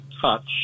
touch